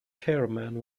chairman